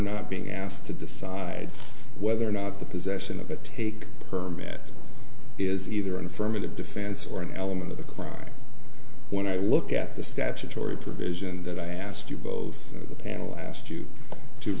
not being asked to decide whether or not the possession of a take permit is either an affirmative defense or an element of the crime when i look at the statutory provision that i asked you both the panel asked you to